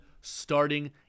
starting